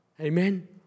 Amen